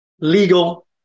legal